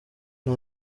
nta